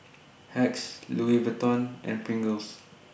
Hacks Louis Vuitton and Pringles